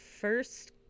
first